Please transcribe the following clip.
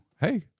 Hey